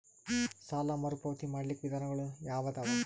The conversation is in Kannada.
ಸಾಲ ಮರುಪಾವತಿ ಮಾಡ್ಲಿಕ್ಕ ವಿಧಾನಗಳು ಯಾವದವಾ?